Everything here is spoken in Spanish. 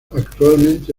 actualmente